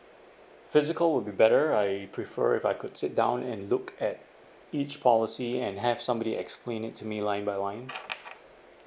physical would be better I prefer if I could sit down and look at each policy and have somebody explain it to me line by line